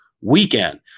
weekend